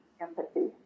empathy